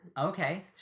Okay